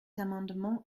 amendement